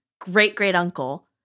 great-great-uncle